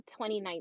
2019